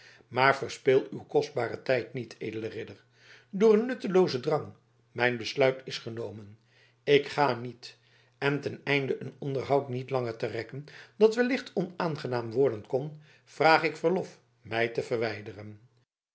maar verspil uw kostbaren tijd niet edele ridder door een nutteloozen drang mijn besluit is genomen ik ga niet en ten einde een onderhoud niet langer te rekken dat wellicht onaangenaam worden kon vraag ik verlof mij te verwijderen